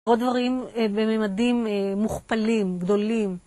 או דברים במימדים מוכפלים, גדולים.